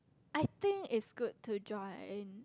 I think is good to join